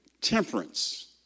temperance